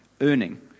earning